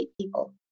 people